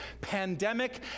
pandemic